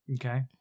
Okay